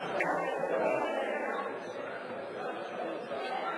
לתיקון פקודת העיתונות (ביטול הפקודה),